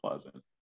Pleasant